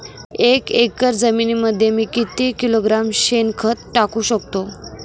एक एकर जमिनीमध्ये मी किती किलोग्रॅम शेणखत टाकू शकतो?